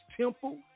temple